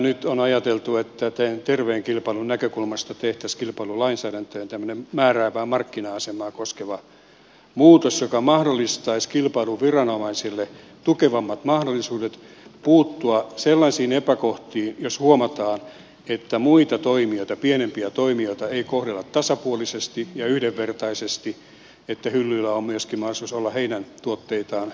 nyt on ajateltu että terveen kilpailun näkökulmasta tehtäisiin kilpailulainsäädäntöön tämmöinen määräävää markkina asemaa koskeva muutos joka mahdollistaisi kilpailuviranomaisille tukevammat mahdollisuudet puuttua epäkohtiin jos huomataan että muita toimijoita pienempiä toimijoita ei kohdella tasapuolisesti ja yhdenvertaisesti niin että muun muassa hyllyillä on mahdollisuus olla myöskin heidän tuotteitaan